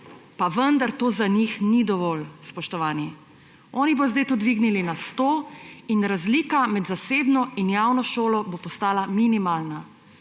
pa vendar to za njih ni dovolj, spoštovani. Oni bodo zdaj to dvignili na 100 in razlika med zasebno in javno šolo bo postala minimalna.